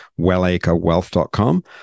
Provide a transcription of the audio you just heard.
wellacrewealth.com